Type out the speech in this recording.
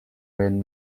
lend